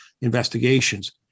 investigations